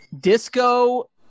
disco